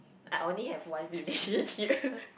I only have one relationship